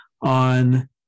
on